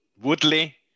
Woodley